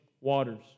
waters